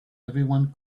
everyone